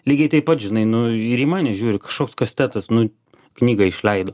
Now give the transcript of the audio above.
lygiai taip pat žinai nu ir į mane žiūri kažkoks kastetas nu knygą išleido